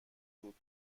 بود